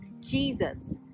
Jesus